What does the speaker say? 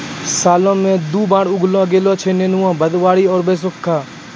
साल मॅ दु बार उगैलो जाय छै नेनुआ, भदबारी आरो बैसक्खा